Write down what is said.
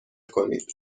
کنید